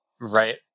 right